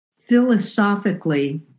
philosophically